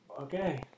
Okay